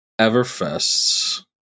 Everfest